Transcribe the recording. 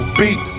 beat